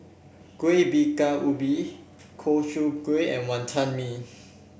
Kuih Bingka Ubi O Ku Kueh and Wantan Mee